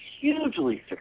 hugely